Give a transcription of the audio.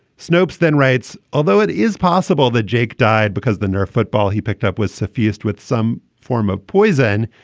snopes then writes, although it is possible that jake died because the nerf football he picked up was suffused with some form of poison,